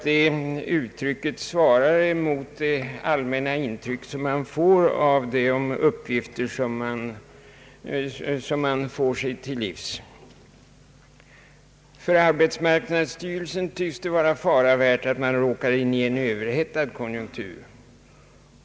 Detta uttryck svarar också mot det allmänna intryck vi får av de uppgifter som man kan ta del av. För arbetsmarknadsstyrelsen tycks risken nu vara att man råkar in i en överhettad konjunktur.